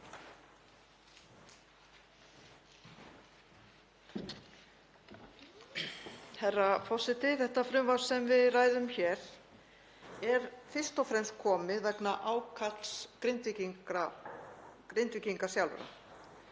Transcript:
Herra forseti. Þetta frumvarp sem við ræðum hér er fyrst og fremst komið fram vegna ákalls Grindvíkinga sjálfra.